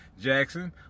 Jackson